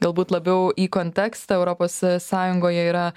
galbūt labiau į kontekstą europos sąjungoje yra